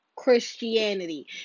christianity